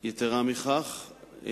יתירה מכך,